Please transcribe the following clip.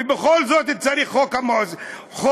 ובכל זאת צריך חוק המואזין.